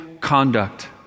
conduct